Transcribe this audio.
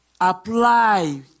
apply